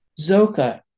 Zoka